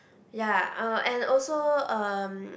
ya uh and also uh